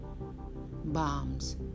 bombs